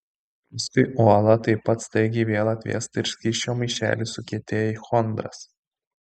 paskui uola taip pat staigiai vėl atvėsta ir skysčio maišeliai sukietėja į chondras